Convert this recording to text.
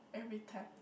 every time